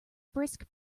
brisk